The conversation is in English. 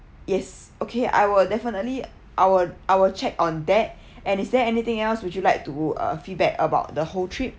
yes okay I will definitely I will I will check on that and is there anything else would you like to uh feedback about the whole trip